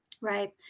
Right